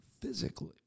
physically